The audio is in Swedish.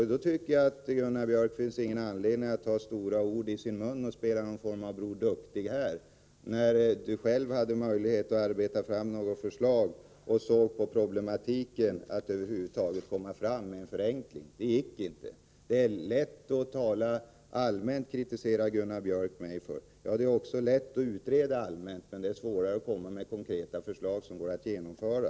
Jag tycker inte att det finns någon anledning för Gunnar Björk att ta stora ord i sin mun och spela något slags Bror Duktig. När Gunnar Björk själv hade möjlighet att arbeta fram förslag och såg på problematiken, då gick det inte att komma fram till en förenkling. Det är lätt att tala allmänt, säger Gunnar Björk, när han kritiserar mig. Det är också lätt att utreda allmänt, men det är svårare att komma med konkreta förslag som går att genomföra.